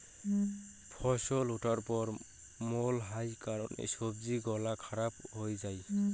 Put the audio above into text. ফছল উঠার পর মেলহাই কারণে সবজি গুলা খারাপ হই যাই